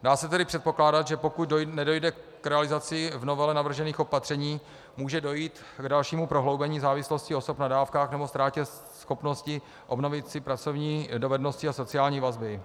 Dá se tedy předpokládat, že pokud nedojde k realizaci v novele navržených opatření, může dojít k dalšímu prohloubení závislosti osob na dávkách nebo ztrátě schopnosti obnovit si pracovní dovednosti a sociální vazby.